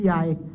CI